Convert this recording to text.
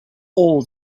all